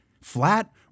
Flat